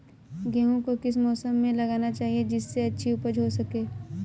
गेहूँ को किस मौसम में लगाना चाहिए जिससे अच्छी उपज हो सके?